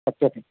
कथ्यते